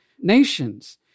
nations